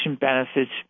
benefits